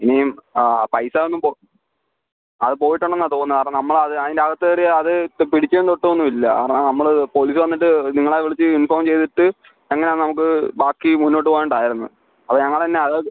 ഇനിയും പൈസ ഒന്നും അത് പോയിട്ടുണ്ടെന്നാണ് തോന്നുന്നത് കാരണം നമ്മൾ അതിൻ്റെ അകത്ത് കയറി അത് പിടിക്കുകയും തൊട്ട് ഒന്നും ഇല്ല കാരണം നമ്മൾ പോലീസ് വന്നിട്ട് നിങ്ങളെ വിളിച്ച് ഇൻഫോം ചെയ്തിട്ട് എങ്ങനെ നമുക്ക് ബാക്കി മുന്നോട്ട് പോവേണ്ടായിരുന്നു അപ്പോൾ ഞങ്ങൾ തന്നെ അത്